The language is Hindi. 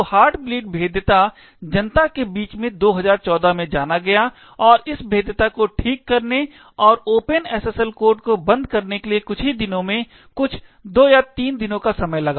तो हार्ट ब्लीड भेद्यता जनता के बीच में २०१४ में जाना गया और इस भेद्यता को ठीक करने और ओपन SSL कोड को बंद करने के लिए कुछ ही दिनों कुछ 2 या 3 दिनों का समय लगा